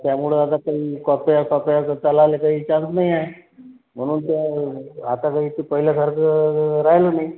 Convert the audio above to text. त्यामुळं आता काही कोप्या फोप्या जर त्याला आले तर विचारत नाही आहे म्हणून तर आता काय ते पहिल्यासारखं राहिलं नाही